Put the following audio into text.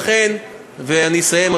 אני אסיים,